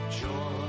joy